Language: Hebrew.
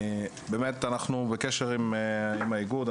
אנחנו בקשר עם האיגוד.